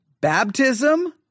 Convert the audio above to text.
baptism